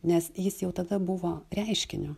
nes jis jau tada buvo reiškinio